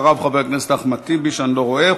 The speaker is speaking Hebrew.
אחריו, חבר הכנסת אחמד טיבי, שאני לא רואה.